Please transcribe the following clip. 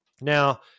Now